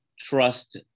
trust